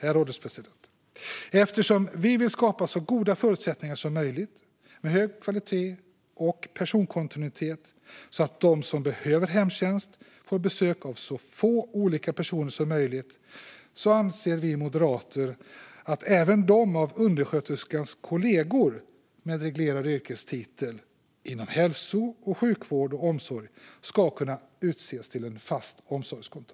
Eftersom vi moderater vill skapa så goda förutsättningar som möjligt, med hög kvalitet och personkontinuitet så att de som behöver hemtjänst får besök av så få personer som möjligt, anser vi att även de av undersköterskans kollegor som har en reglerad yrkestitel inom hälso och sjukvård och omsorg ska kunna utses till en fast omsorgskontakt.